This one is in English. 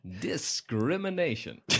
Discrimination